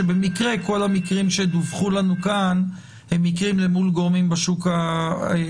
שבמקרה כל המקרים שדווחו לנו כאן הם מקרים למול גורמים בשוק הפרטי,